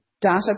data